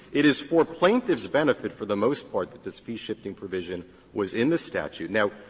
it is for plaintiff's benefit, for the most part, that this fee shifting provision was in the statute. now,